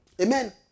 Amen